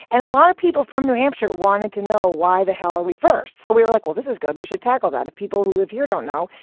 and a lot of people from new hampshire wanted to know why the hell are we first? so we were like, well, this is good. we should tackle that if people who live here don't know.